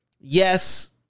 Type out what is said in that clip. yes